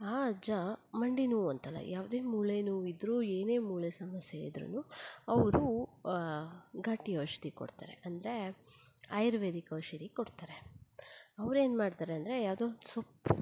ಆ ಅಜ್ಜ ಮಂಡಿ ನೋವಂತಲ್ಲ ಯಾವುದೇ ಮೂಳೆ ನೋವು ಇದ್ರೂ ಏನೇ ಮೂಳೆ ಸಮಸ್ಯೆ ಇದ್ರು ಅವರು ಘಾಟಿ ಔಷಧಿ ಕೊಡ್ತಾರೆ ಅಂದರೆ ಆಯುರ್ವೇದಿಕ್ ಔಷಧಿ ಕೊಡ್ತಾರೆ ಅವ್ರು ಏನ್ಮಾಡ್ತಾರೆ ಅಂದರೆ ಯಾವುದೋ ಸೊಪ್ಪು